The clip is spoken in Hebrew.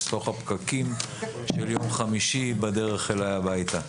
לתוך הפקקים של יום חמישי בדרך אלי הביתה.